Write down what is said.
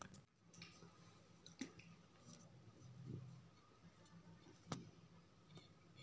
bank ले जेन passbook मिलथे तेखर पहिली पन्ना म खाता धारक के नांव, पता, खाता नंबर, आई.एफ.एस.सी कोड ह लिखाए रथे